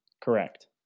Correct